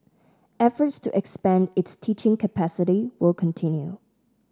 efforts to expand its teaching capacity will continue